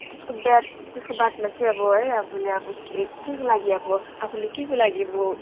त्यसको बाद त्यसको बादमा चाहिँ अब है आफूले अब के केको लागि अब आफूले केको लागि अब